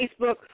Facebook